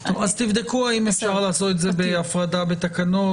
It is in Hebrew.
תבדקו האם אפשר לעשות את זה בהפרדת תקנות,